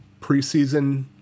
preseason